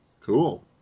Cool